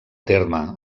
terme